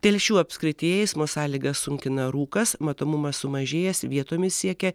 telšių apskrityje eismo sąlygas sunkina rūkas matomumas sumažėjęs vietomis siekia